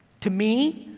to me,